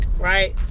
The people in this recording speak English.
right